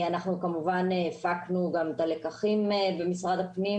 אנחנו כמובן הפקנו גם את הלקחים במשרד הפנים